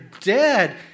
dead